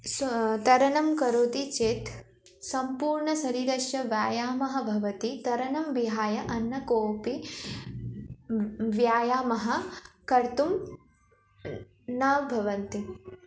शा तरणं करोति चेत् सम्पूर्णशरीरस्य व्यायामः भवति तरणं विहाय अन्यः कोपि व्यायामः कर्तुं न भवति